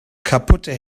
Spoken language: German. kaputte